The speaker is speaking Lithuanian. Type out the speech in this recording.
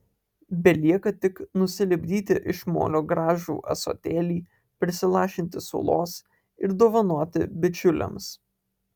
belieka tik nusilipdyti iš molio gražų ąsotėlį prisilašinti sulos ir dovanoti bičiuliams